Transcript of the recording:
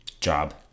job